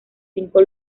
cinco